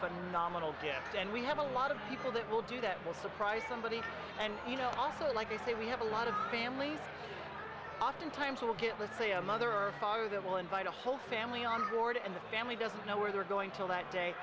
phenomenal guest and we have a lot of people that will do that will surprise somebody and you know also like they say we have a lot of families oftentimes will get with say a mother or father that will invite a whole family on board and the family doesn't know where they're going to like day